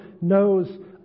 knows